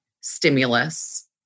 stimulus